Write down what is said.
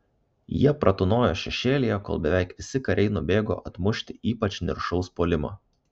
jie pratūnojo šešėlyje kol beveik visi kariai nubėgo atmušti ypač niršaus puolimo